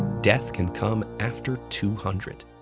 death can come after two hundred.